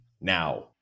now